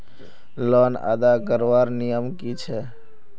Loan अदा करवार नियम की छे?